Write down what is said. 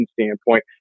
standpoint